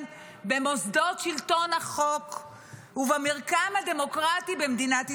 במוסדות שלטון החוק ובמרקם הדמוקרטי במדינת ישראל.